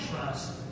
trust